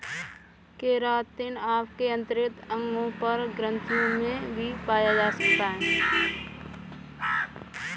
keratin आपके आंतरिक अंगों और ग्रंथियों में भी पाया जा सकता है